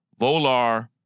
Volar